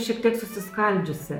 šiek tiek susiskaldžiusi